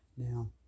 Now